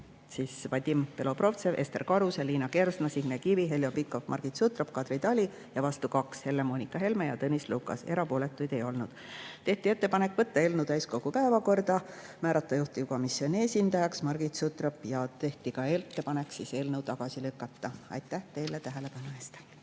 liiget: Vadim Belobrovtsev, Ester Karuse, Liina Kersna, Signe Kivi, Heljo Pikhof, Margit Sutrop ja Kadri Tali. Vastu oli 2: Helle-Monika Helme ja Tõnis Lukas. Erapooletuid ei olnud. Tehti ettepanek võtta eelnõu täiskogu päevakorda, määrata juhtivkomisjoni esindajaks Margit Sutrop ja eelnõu tagasi lükata. Aitäh teile tähelepanu eest!